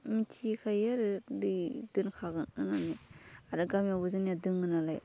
मिथिखायो आरो दै दोनखागोन होननानै आरो गामियावबो जोंनिया दोङो नालाय